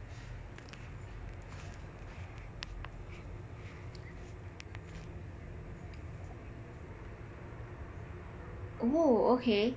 oh okay